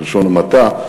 בלשון המעטה,